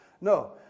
No